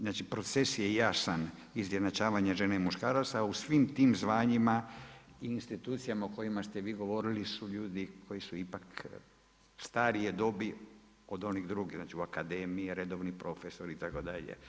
Znači, proces je jasan izjednačavanje žene i muškaraca, a u svim tim zvanjima u institucijama o kojima ste vi govorili su ljudi koji su ipak starije dobi od onih drugih, znači u akademiji redovni profesori itd.